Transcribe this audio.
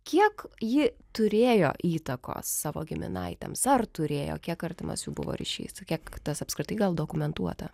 kiek ji turėjo įtakos savo giminaitėms ar turėjo kiek artimas jų buvo ryšys kiek tas apskritai gal dokumentuota